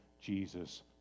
Jesus